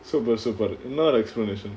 super super என்ன ஒரு:enna oru explanation